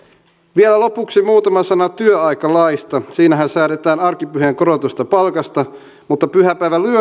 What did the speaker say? vielä lopuksi muutama sana työaikalaista siinähän säädetään arkipyhien korotetusta palkasta mutta pyhäpäivän